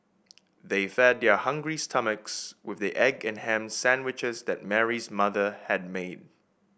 they fed their hungry stomachs with the egg and ham sandwiches that Mary's mother had made